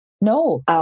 No